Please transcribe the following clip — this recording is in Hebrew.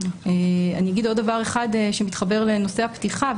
אני אגיד עוד דבר אחד שמתחבר לנושא הפתיחה,